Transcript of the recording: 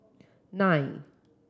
nine